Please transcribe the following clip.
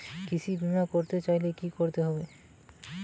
কৃষি বিমা করতে চাইলে কি করতে হবে?